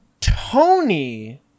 Tony